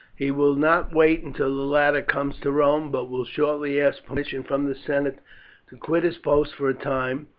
he will not wait until the latter comes to rome, but will shortly ask permission from the senate to quit his post for a time,